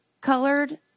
colored